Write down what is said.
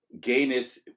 gayness